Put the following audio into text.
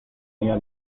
ella